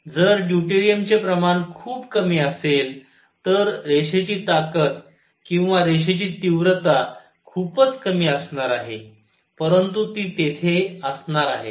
जर ड्यूटेरियम चे प्रमाण खूपच कमी असेल तर रेषेची ताकद किंवा रेषेची तीव्रता खूपच कमी असणार आहे परंतु ती तेथे असणार आहे